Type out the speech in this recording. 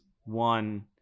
one